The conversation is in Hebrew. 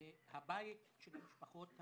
הבית של המשפחות המיוחדות".